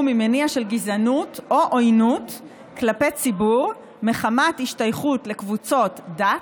ממניע של גזענות או עוינות כלפי ציבור מחמת השתייכות לקבוצות דת,